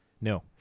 No